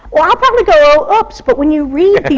well, i'll probably go, oh, oops! but when you read these